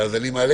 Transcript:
אני מעלה